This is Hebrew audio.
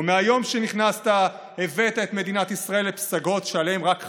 ומהיום שנכנסת הבאת את מדינת ישראל לפסגות שעליהן רק חלמנו: